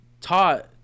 taught